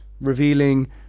revealing